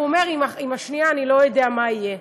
ועם השנייה אני לא יודע מה יהיה.